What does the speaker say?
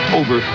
over